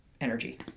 energy